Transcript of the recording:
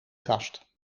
kast